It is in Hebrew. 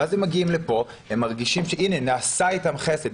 אז הם מגיעים לכאן והם מרגישים שהנה נעשה אתם חסד,